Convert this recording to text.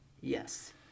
yes